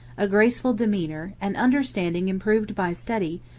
a graceful demeanor, an understanding improved by study,